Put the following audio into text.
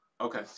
okay